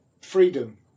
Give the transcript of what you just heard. freedom